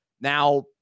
Now